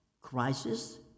crisis